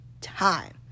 time